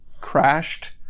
crashed